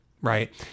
right